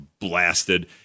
blasted